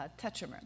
tetramer